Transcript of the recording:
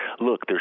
Look